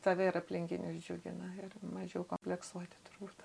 tave ir aplinkinius džiugina ir mažiau kompleksuoti turbūt